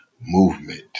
movement